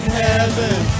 heaven